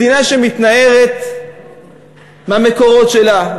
מדינה שמתנערת מהמקורות שלה,